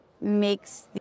makes